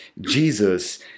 Jesus